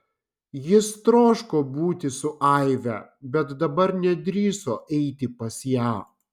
jis troško būti su aive bet dabar nedrįso eiti pas ją